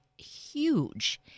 huge